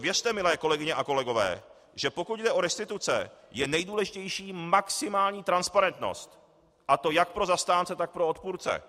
Věřte, milé kolegyně a kolegové, že pokud jde o restituce, je nejdůležitější maximální transparentnost, a to jak pro zastánce, tak pro odpůrce.